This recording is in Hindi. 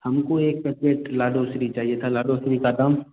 हमको एक पैकेट लाडो श्री चाहिए था लाडो श्री का दाम